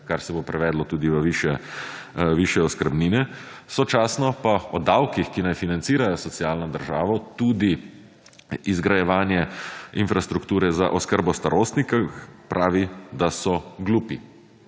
kar se bo prevedlo tudi v višje oskrbnine, sočasno pa o davkih, ki naj financirajo socialno državo, tudi izgrajevanje infrastrukture za oskrbo starostnikov, pravi, da so glupi